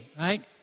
right